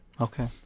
Okay